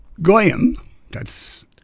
Goyim—that's